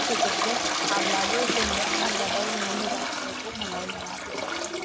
फोजोबनो हाब्लाबो जोङो आन्जादाव जोङो मोजां फिथाइखौ मोननाय नङा बेबायदिनो